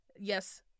Yes